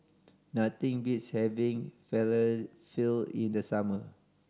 nothing beats having Falafel in the summer